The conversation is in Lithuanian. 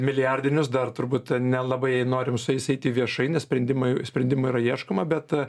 milijardinius dar turbūt nelabai norim su jais eiti viešai nes sprendimai sprendimų yra ieškoma bet